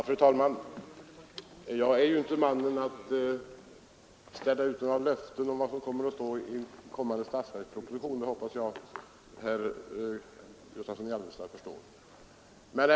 Fru talman! Jag är ju inte i den positionen att jag kan ställa ut några löften om vad som kommer att stå i en kommande statsverksproposition. Det hoppas jag att herr Gustavsson i Alvesta förstår.